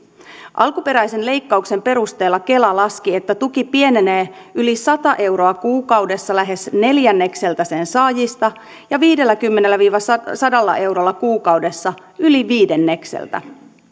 alkuperäisen leikkauksen perusteella kela laski että tuki pienenee yli sata euroa kuukaudessa lähes neljännekseltä sen saajista ja viidelläkymmenellä viiva sadalla eurolla kuukaudessa yli viidennekseltä